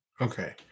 Okay